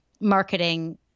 marketing